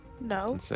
no